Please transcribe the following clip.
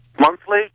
Monthly